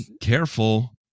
careful